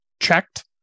checked